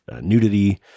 nudity